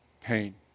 pain